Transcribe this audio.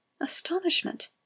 astonishment